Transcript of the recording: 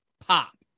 Pop